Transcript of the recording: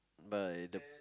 by the